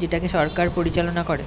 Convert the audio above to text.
যেটাকে সরকার পরিচালনা করে